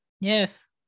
Yes